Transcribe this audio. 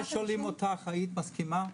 אם היו שואלים אותך, היית מסכימה?